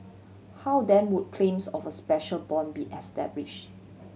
how then would claims of a special bond be establish